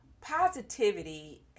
positivity